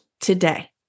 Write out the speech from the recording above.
today